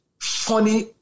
funny